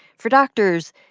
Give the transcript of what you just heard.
for doctors,